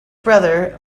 brother